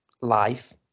life